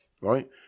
right